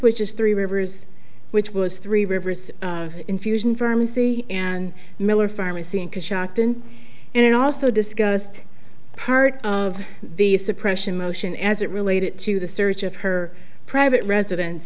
which is three rivers which was three rivers infusion firms and miller pharmacy and it also discussed part of the suppression motion as it related to the search of her private residence